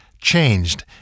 changed